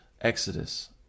Exodus